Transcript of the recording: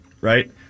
right